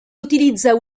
utilizza